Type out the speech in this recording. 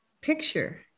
picture